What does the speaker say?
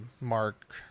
Mark